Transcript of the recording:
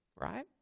right